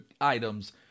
items